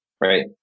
right